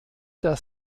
der